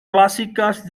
básicas